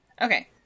okay